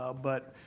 ah but,